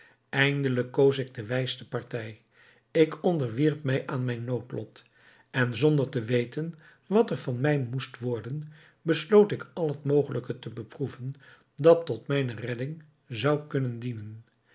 eindelijk koos ik de wijste partij ik onderwierp mij aan mijn noodlot en zonder te weten wat er van mij moest worden besloot ik al het mogelijke te beproeven dat tot mijne redding zou kunnen dienen